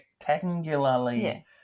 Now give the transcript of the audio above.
rectangularly